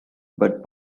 but